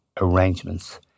arrangements